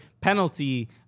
penalty